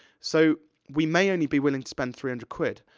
so, we may only be willing to spend three hundred quid.